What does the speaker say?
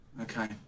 Okay